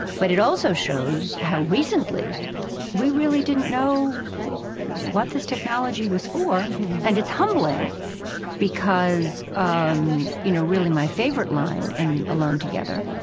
but it also shows how recently we really didn't know what this technology was for and it's humbling because, um, you know, really my favorite line in alone together,